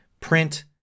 Print